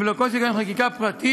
ולא כל שכן חקיקה פרטית,